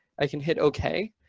i can hit ok.